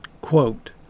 Quote